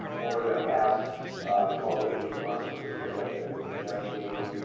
over the passed twelve to eighteen months the district has been investigating